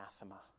Anathema